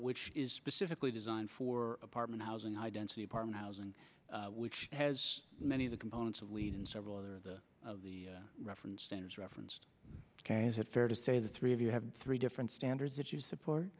which is specifically designed for apartment housing high density apartment housing which has many of the components of lead in several of the reference centers referenced is it fair to say the three of you have three different standards that you support